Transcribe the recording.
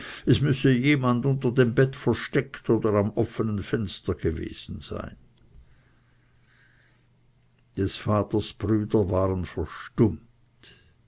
es müsse jemand unter dem bett versteckt oder am offenen fenster gewesen sein des vaters brüder waren verstummt